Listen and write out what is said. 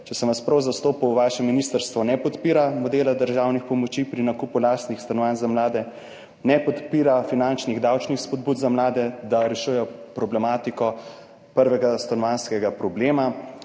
če sem vas prav zastopil, vaše ministrstvo ne podpira modela državnih pomoči pri nakupu lastnih stanovanj za mlade, ne podpira finančnih davčnih spodbud za mlade, da rešujejo problematiko prvega stanovanjskega problema.